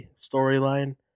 storyline